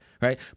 right